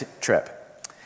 trip